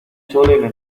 chole